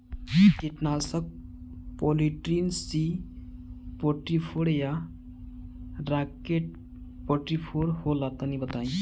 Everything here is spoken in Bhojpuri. कीटनाशक पॉलीट्रिन सी फोर्टीफ़ोर या राकेट फोर्टीफोर होला तनि बताई?